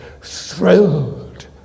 thrilled